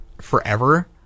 forever